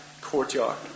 courtyard